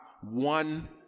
one